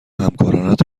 همکارانت